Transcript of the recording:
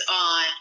on